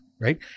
Right